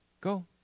Go